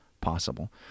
possible